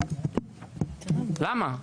למה?